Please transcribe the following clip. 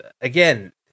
again